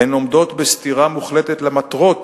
הן עומדות בסתירה מוחלטת למטרות